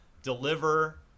deliver